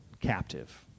captive